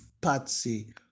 patsy